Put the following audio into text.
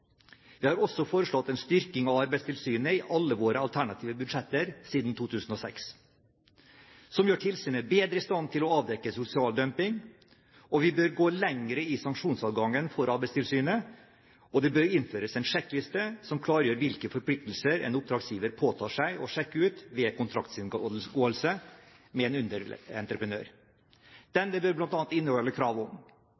styrking av Arbeidstilsynet i alle våre alternative budsjetter siden 2006, noe som gjør tilsynet bedre i stand til å avdekke sosial dumping. Vi bør gå lenger i sanksjonsadgangen for Arbeidstilsynet, og det bør innføres en sjekkliste som klargjør hvilke forpliktelser en oppdragsgiver påtar seg å sjekke ut ved kontraktsinngåelse med en